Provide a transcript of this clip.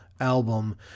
album